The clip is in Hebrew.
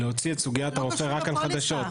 להוציא את סוגיית הרופא רק על פוליסות חדשות.